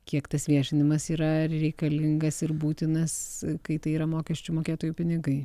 kiek tas viešinimas yra reikalingas ir būtinas kai tai yra mokesčių mokėtojų pinigai